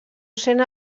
sent